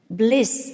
bliss